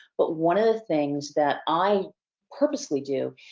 but one of the things that i purposely do,